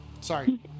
sorry